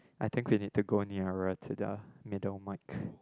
I think we need to go nearer to the middle mic